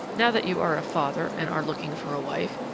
now that you are a father and are looking for a wife,